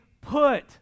put